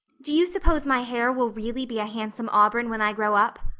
do you suppose my hair will really be a handsome auburn when i grow up?